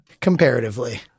Comparatively